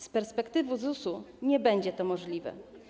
Z perspektywy ZUS nie będzie to możliwe.